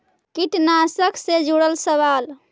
कीटनाशक से जुड़ल सवाल?